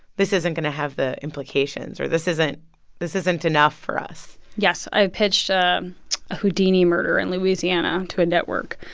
this isn't going to have the implications, or this isn't this isn't enough for us? yes. i pitched a houdini murder in louisiana to a network,